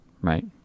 right